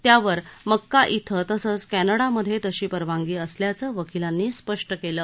त्यावर मक्का श्वि तसंच कल्लिडामध्यतिशी परवानगी असल्याचं वकिलांनी स्पष्ट कलि